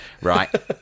right